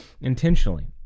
intentionally